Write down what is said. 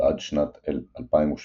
ועד שנת 2018,